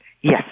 Yes